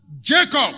Jacob